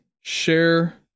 share